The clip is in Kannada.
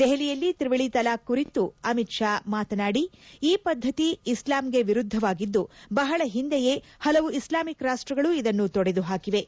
ದೆಹಲಿಯಲ್ಲಿ ತ್ರಿವಳಿ ತಲಾಖ್ ಕುರಿತ ಅಮಿತ್ ಶಾ ಮಾತನಾಡಿ ಈ ಪದ್ದತಿ ಇಸ್ಲಾಂಗೆ ವಿರುದ್ದವಾಗಿದ್ದು ಬಹಳ ಹಿಂದೆಯೇ ಹಲವು ಇಸ್ಲಾಮಿಕ್ ರಾಷ್ಸಗಳು ಇದನ್ನು ತೊಡೆದು ಹಾಕಿವೆ